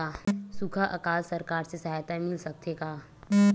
सुखा अकाल सरकार से सहायता मिल सकथे का?